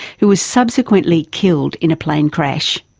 who was subsequently killed in a plane crash.